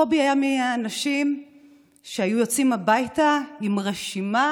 קובי היה מהאנשים שהיו יוצאים הביתה עם רשימה